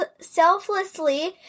selflessly